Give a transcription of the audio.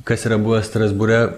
kas yra buvę strasbūre